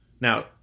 Now